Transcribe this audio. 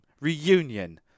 reunion